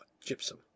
gypsum